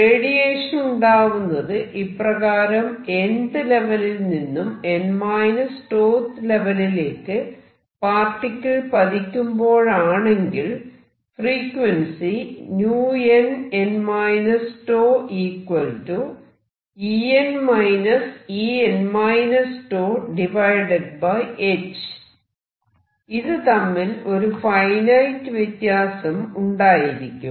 radiation ഉണ്ടാവുന്നത് ഇപ്രകാരം nth ലെവലിൽ നിന്നും n 𝞃th ലെവലിലേക്ക് പാർട്ടിക്കിൾ പതിക്കുമ്പോഴാണെങ്കിൽ ഫ്രീക്വൻസി ഇത് തമ്മിൽ ഒരു ഫൈനൈറ്റ് വ്യത്യാസം ഉണ്ടായിരിക്കും